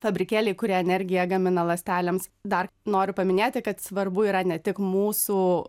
fabrikėliai kurie energiją gamina ląstelėms dar noriu paminėti kad svarbu yra ne tik mūsų